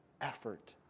effort